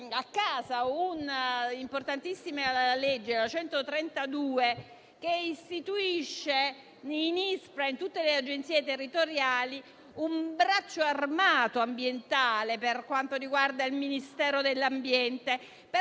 a casa un'importantissima legge, la n. 132 del 2016, che istituiva nell'ISPRA e in tutte le agenzie territoriali un braccio armato ambientale per quanto riguarda il Ministero dell'ambiente. La